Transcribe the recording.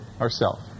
Ourself